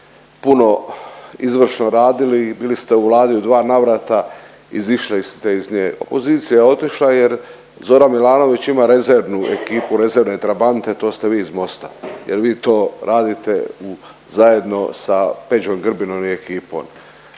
puno izvršno radili i bili ste u Vladi u dva navrata, izišli ste iz nje. Opozicija je otišla jer Zoran Milanović ima rezervnu ekipu, rezervne trabante, a to ste vi iz MOST-a jer vi to radite u zajedno sa Peđom Grbinom i ekipom.